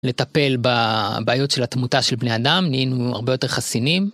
לטפל בבעיות של התמותה של בני אדם, נהיינו הרבה יותר חסינים.